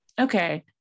okay